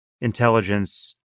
intelligence